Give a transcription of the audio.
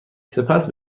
سپس